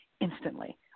instantly